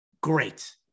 Great